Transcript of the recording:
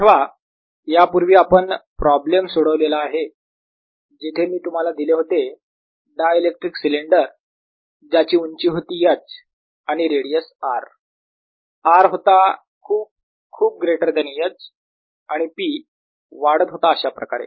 आठवा यापूर्वी आपण प्रॉब्लेम सोडवलेला आहे जिथे मी तुम्हाला दिले होते डायइलेक्ट्रिक सिलेंडर ज्याची उंची होती H आणि रेडियस R R होता खूप खूप ग्रेटर दॅन H आणि P वाढत होता अशाप्रकारे